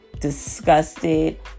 disgusted